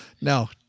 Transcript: No